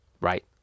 Right